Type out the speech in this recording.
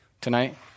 tonight